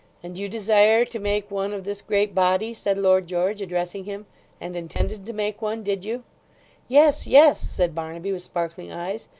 and you desire to make one of this great body said lord george, addressing him and intended to make one, did you yes yes said barnaby, with sparkling eyes.